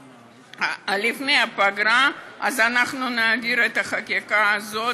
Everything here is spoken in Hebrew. לפני הפגרה, אז אנחנו נעביר את החקיקה הזאת.